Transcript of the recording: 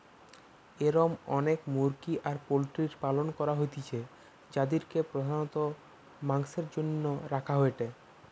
এরম অনেক মুরগি আর পোল্ট্রির পালন করা হইতিছে যাদিরকে প্রধানত মাংসের জন্য রাখা হয়েটে